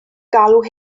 galw